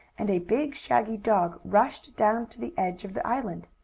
and a big, shaggy dog rushed down to the edge of the island.